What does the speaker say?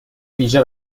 ویژه